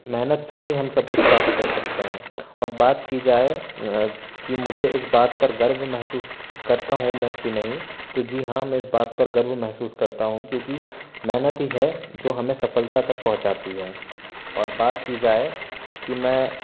मेहनत से ही हम सब कुछ प्राप्त कर सकते हैं और बात की जाए कि मुझे इस बात पर गर्व महसूस करता हूँ मैं कि नहीं तो जी हाँ मैं इस बात पर गर्व महसूस करता हूँ क्योकि मेहनत ही है जो हमें सफलता तक पहुँचाती है और बात की जाए कि मैं